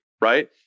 right